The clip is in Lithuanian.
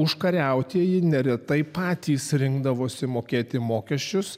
užkariautieji neretai patys rinkdavosi mokėti mokesčius